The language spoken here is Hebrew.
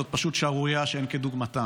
זאת פשוט שערורייה שאין כדוגמתה.